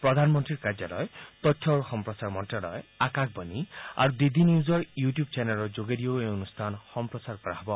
প্ৰধানমন্ত্ৰীৰ কাৰ্যালয় তথ্য আৰু সম্প্ৰচাৰ মন্ত্যালয় আকাশবাণী আৰু ডি ডি নিউজৰ ইউটিউব চেনেলৰ যোগেদিও এই অনুষ্ঠান সম্প্ৰচাৰ কৰা হব